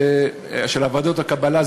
של ועדות הקבלה,